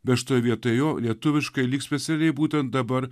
bet šitoje vietoj jo lietuviškai lyg specialiai būtent dabar